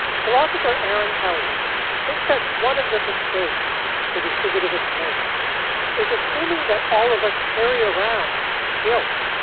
philosopher aaron kelly thinks that one of the mistakes the retributive us makes is assuming that all of us carry around guilt,